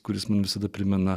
kuris mums visada primena